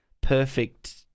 perfect